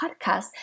podcast